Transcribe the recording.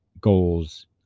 goals